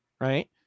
right